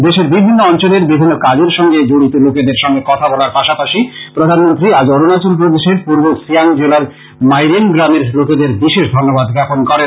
দেশের বিভিন্ন অঞ্চলের বিভিন্ন কাজের সঙ্গে জড়িত লোকেদের সঙ্গে কথা বলা পাশাপাশি প্রধানমন্ত্রী আজ অরুণাচল প্রদেশের পূর্ব সিয়াং জেলার মাইরেম গ্রামের লোকেদের বিশেষ ধন্যবাদ জ্ঞাপন করেন